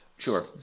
sure